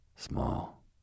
Small